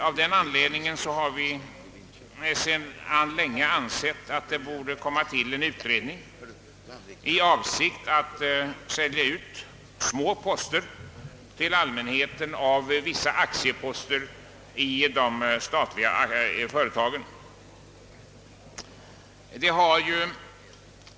Av den anledningen har vi sedan länge ansett att en utredning borde göras rörande lämpliga former för för säljning till allmänheten av mindre aktieposter i de statliga företagen.